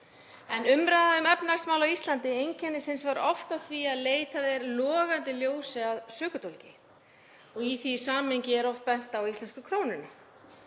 En umræða um efnahagsmál á Íslandi einkennist hins vegar oft á því að leitað er logandi ljósi að sökudólgi. Í því samhengi er oft bent á íslensku krónuna,